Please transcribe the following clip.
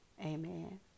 Amen